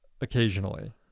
occasionally